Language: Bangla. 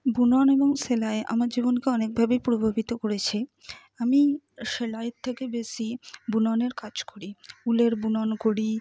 বুনন এবং সেলাই আমার জীবনকে অনেকভাবেই প্রভাবিত করেছে আমি সেলাইয়ের থেকে বেশি বুননের কাজ করি উলের বুনন করি